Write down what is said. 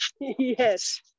Yes